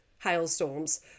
hailstorms